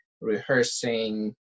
rehearsing